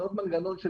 לבנות מנגנון של